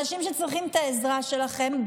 אנשים שצריכים את העזרה שלכם,